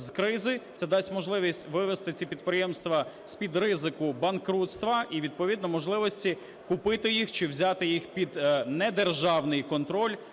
це дасть можливість вивести ці підприємства з-під ризику банкрутства, і відповідно можливості купити їх чи взяти їх під недержавний контроль